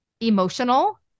emotional